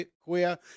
queer